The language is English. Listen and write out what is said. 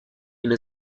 into